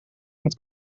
met